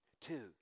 Two